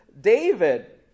David